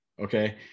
okay